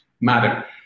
matter